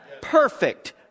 Perfect